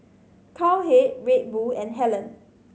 Cowhead Red Bull and Helen